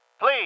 please